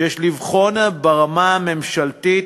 שיש לבחון אותו ברמה הממשלתית,